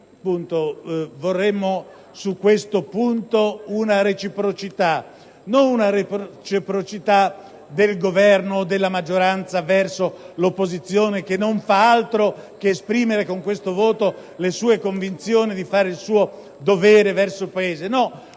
fatto che su questo vorremmo una reciprocità, non del Governo o della maggioranza verso l'opposizione che non fa altro che esprimere con questo voto la sua convinzione di fare il proprio dovere verso il Paese;